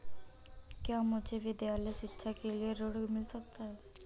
क्या मुझे विद्यालय शिक्षा के लिए ऋण मिल सकता है?